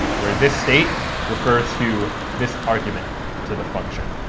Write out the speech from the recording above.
where this state refers to this argument to the function.